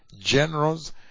generals